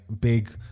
big